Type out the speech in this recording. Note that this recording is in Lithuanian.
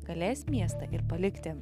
galės miestą ir palikti